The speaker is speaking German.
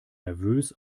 nervös